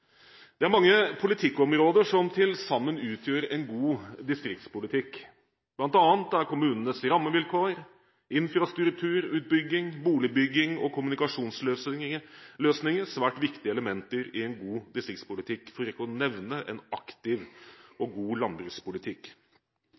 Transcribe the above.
Det er mange politikkområder som til sammen utgjør en god distriktspolitikk. Blant annet er kommunenes rammevilkår, infrastrukturutbygging, boligbygging og kommunikasjonsløsninger svært viktige elementer i en god distriktspolitikk, for ikke å nevne en aktiv